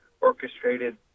orchestrated